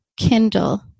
kindle